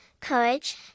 courage